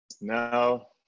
No